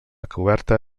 coberta